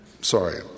sorry